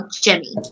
Jimmy